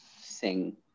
sing